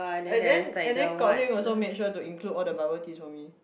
and then and then kok-Heng also make sure to include all the bubble tea for me